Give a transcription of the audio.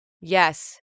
Yes